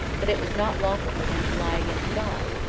that it was not lawful for him to lie against god,